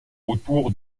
autour